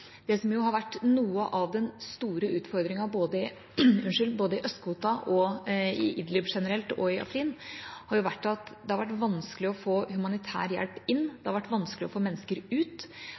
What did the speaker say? Det som har vært noe av den store utfordringen både i Øst-Ghouta, i Idlib generelt og i Afrin, har vært at det har vært vanskelig å få humanitær hjelp inn. Det har vært vanskelig å få mennesker ut.